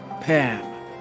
Pam